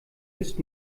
ist